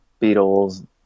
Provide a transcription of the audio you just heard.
Beatles